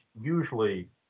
usually